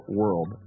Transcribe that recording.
world